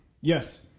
yes